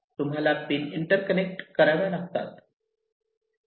तुम्हाला pin interconnect कराव्या लागतात